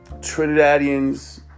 Trinidadians